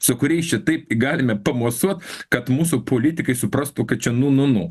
su kuriais čia taip galime pamosuot kad mūsų politikai suprastų kad čia nu nu nu